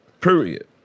Period